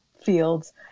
fields